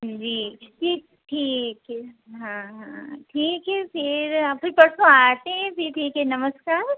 जी ठीक ठीक है हाँ हाँ ठीक है फिर फिर परसों आते हैं ठीक है नमस्कार